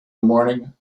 morning